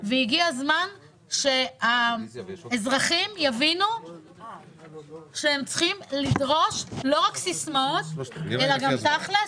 והגיע הזמן שהאזרחים יבינו שהם צריכים לדרוש לא רק סיסמאות אלא גם תכלס,